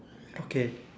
okay